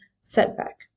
setback